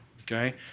okay